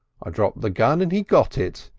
i dropped the gun and he got it.